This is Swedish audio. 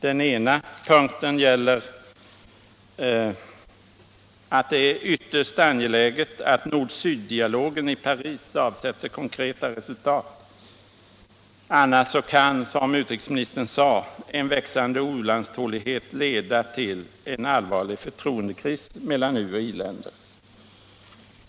För det första är det ytterst angeläget att nord-syddialogen i Paris avsätter konkreta resultat — annars kan, som utrikesministern sade, ”en växande u-landsotålighet leda till en allvarlig förtroendekris mellan uoch i-länder”.